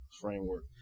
framework